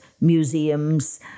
museums